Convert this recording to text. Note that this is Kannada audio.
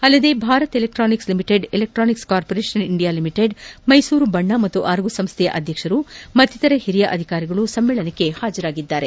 ಅಲ್ಲದೆ Bharat Electronics Limited Electronic Corporation India Limited Mysuru ಬಣ್ಣ ಮತ್ತು ಅರಗು ಸಂಸ್ಥೆಯ ಅಧ್ಯಕ್ಷರು ಮತ್ತಿತರ ಹಿರಿಯ ಅಧಿಕಾರಿಗಳು ಸಮ್ಮೇಳನಕ್ಕೆ ಹಾಜರಾಗಿದ್ದಾರೆ